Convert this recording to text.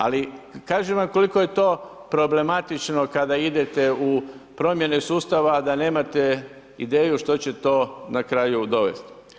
Ali kažem vam koliko je to problematično kada idete u promjene sustava, a da nemate ideju što će to na kraju dovest.